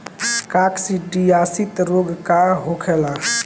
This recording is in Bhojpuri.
काकसिडियासित रोग का होखेला?